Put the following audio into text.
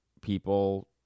people